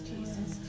Jesus